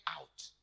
out